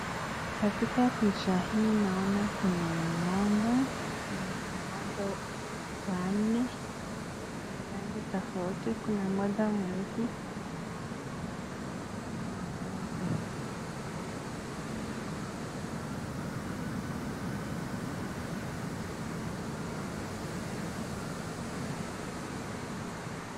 Katika picha hii naona kuna ng'ombe na ni ng'ombe wanne wenye rangi tofauti . Kuna mmoja mweusi na mmoja .